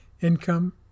Income